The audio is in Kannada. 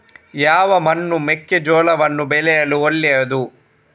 ಯಾವ ಮಣ್ಣು ಮೆಕ್ಕೆಜೋಳವನ್ನು ಬೆಳೆಯಲು ಒಳ್ಳೆಯದು?